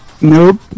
Nope